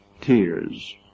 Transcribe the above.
tears